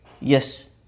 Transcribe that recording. Yes